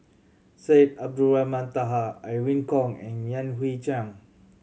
Syed Abdulrahman Taha Irene Khong and Yan Hui Chang